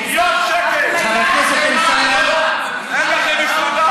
מיליון שקל, חבר הכנסת אמסלם, זאת אפליה,